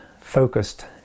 focused